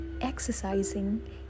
exercising